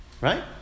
Right